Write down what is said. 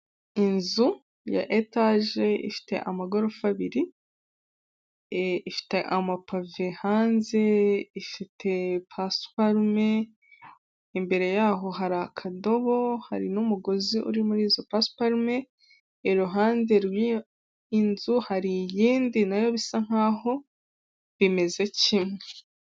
Inzu ya etage ifite amagorofa abiri, ifite amapave hanze, ifite pasiparume, imbere yaho hari akadobo, hari n'umugozi uri muri izo pasiparume, iruhande ruriho inzu, hari iyindi nayo bisa nkaho bimeze kimwe.